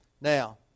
Now